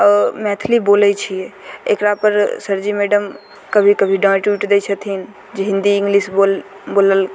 मैथिली बोलय छियै एकरापर सरजी मैडम कभी कभी डाँटि उटि दै छथिन जे हिन्दी इंग्लिश बोल बोलल